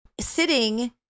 sitting